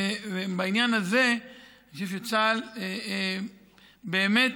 ובעניין הזה אני חושב שצה"ל באמת